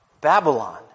Babylon